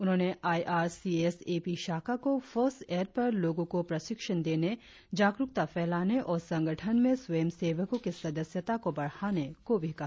उन्होंने I R C S A P शाखा को फर्स्ट एड पर लोगों को प्रशिक्षण देने जागरुकता फैलाने और संगठन में स्वयं सेवकों की सदस्यता को बढ़ाने को भी कहा